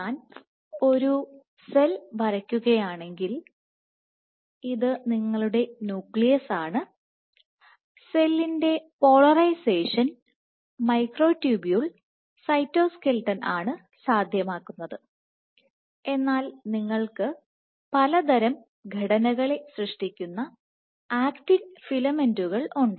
ഞാൻ ഒരു സെൽ വരയ്ക്കുകയാണെങ്കിൽ ഇത് നിങ്ങളുടെ ന്യൂക്ലിയസ് ആണ് സെല്ലിന്റെ പോളറൈസേഷൻ മൈക്രോട്യൂബുൾ സൈറ്റോസ്ക്ലെട്ടൺ ആണ് സാധ്യമാക്കുന്നത് എന്നാൽ നിങ്ങൾക്ക് പലതരം ഘടനകളെ സൃഷ്ടിക്കുന്ന ആക്റ്റിൻ ഫിലമെന്റുകൾ ഉണ്ട്